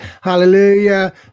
hallelujah